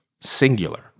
singular